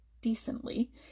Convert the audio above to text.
decently